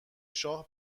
شاه